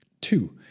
Two